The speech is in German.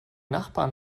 nachbarn